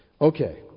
Okay